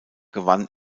gewann